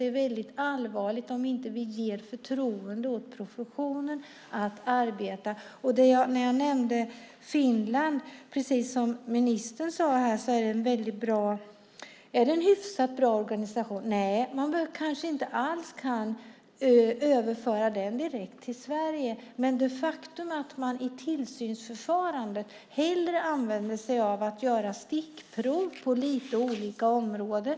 Det är väldigt allvarligt om vi inte ger förtroende åt professionen att arbeta. Jag nämnde Finland. Precis som ministern sade är det en hyfsat bra organisation. Nej, man kanske inte kan överföra den direkt till Sverige. Men det är ett faktum att man i tillsynsförfarandet hellre gör stickprov på lite olika områden.